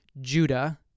Judah